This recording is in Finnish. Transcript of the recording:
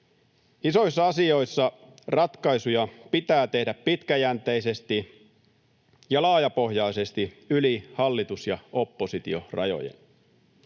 Isoissa asioissa ratkaisuja pitää tehdä pitkäjänteisesti ja laajapohjaisesti, yli hallitus- ja oppositiorajojen.